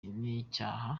n’icyaha